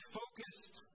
focused